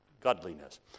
godliness